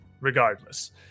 regardless